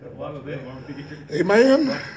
Amen